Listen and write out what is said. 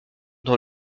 dans